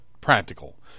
practical